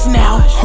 now